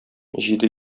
җиде